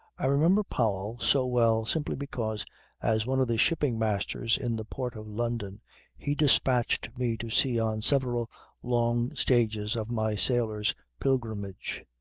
i remember powell so well simply because as one of the shipping masters in the port of london he dispatched me to sea on several long stages of my sailor's pilgrimage.